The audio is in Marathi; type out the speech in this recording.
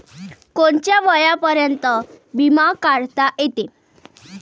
कोनच्या वयापर्यंत बिमा काढता येते?